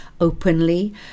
openly